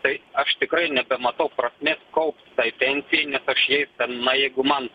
tai aš tikrai nebematau prasmės kaupt tai pensijai nes aš jais ten na jeigu man